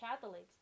Catholics